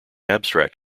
abstract